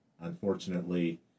unfortunately